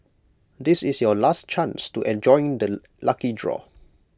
this is your last chance to enjoy the lucky draw